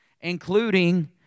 including